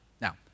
Now